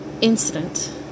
incident